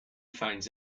finds